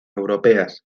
europeas